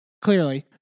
clearly